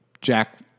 Jack